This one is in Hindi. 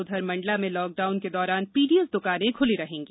उधर मण्डला में लॉकडाउन के दौरान पीडीएस दुकाने खुली रहेगी